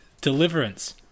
deliverance